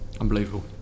Unbelievable